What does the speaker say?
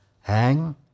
hang